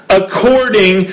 according